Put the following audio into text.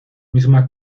misma